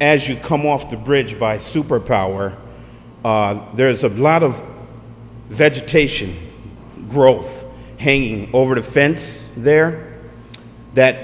as you come off the bridge by super power there's a lot of the vegetation growth hanging over the fence there that